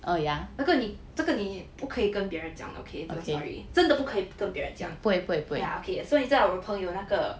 那个你这个你不可以跟别人讲 okay 这个 story 真的不可以跟别人讲 okay so 你知道我的朋友那个